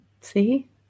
See